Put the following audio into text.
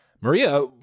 Maria